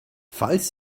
falls